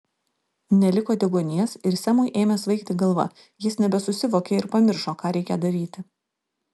neliko deguonies ir semui ėmė svaigti galva jis nebesusivokė ir pamiršo ką reikia daryti